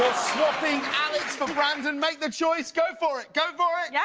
swapping alex for brandon? make the choice! go for it, go for it! yeah